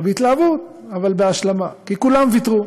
לא בהתלהבות אבל בהשלמה, כי כולם ויתרו: